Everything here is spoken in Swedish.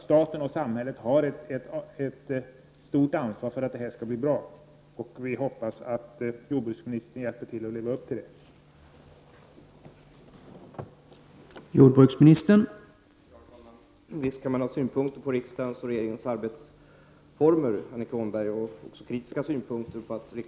Staten och samhället har ett stort ansvar för att detta skall bli bra, och vi hoppas att jordbruksministern hjälper till när det gäller att leva upp till det ansvaret.